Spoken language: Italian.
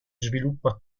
sviluppa